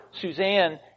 Suzanne